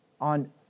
on